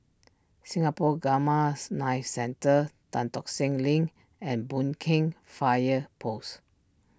Singapore Gammas Knife Centre Tan Tock Seng Link and Boon Keng Fire Post